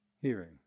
hearing